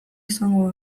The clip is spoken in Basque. izango